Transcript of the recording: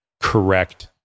correct